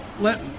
let